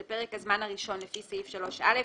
לפרק הזמן השני והשלישי לפי סעיף 3(א),